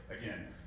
again